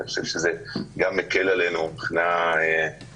אני חושב שזה גם מקל עלינו מבחינה ביורוקרטית,